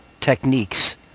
techniques